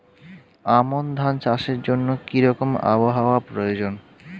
আমন ধান চাষের জন্য কি রকম আবহাওয়া প্রয়োজন?